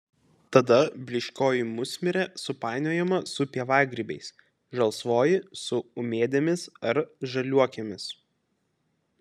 tada blyškioji musmirė supainiojama su pievagrybiais žalsvoji su ūmėdėmis ar žaliuokėmis